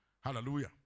Hallelujah